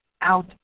out